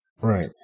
Right